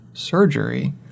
surgery